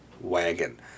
wagon